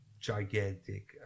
gigantic